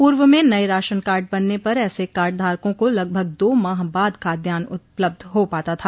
पूर्व में नए राशन कार्ड बनने पर ऐसे कार्ड धारकों को लगभग दो माह बाद खाद्यान्न उपलब्ध हो पाता था